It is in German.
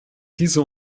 diese